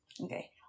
okay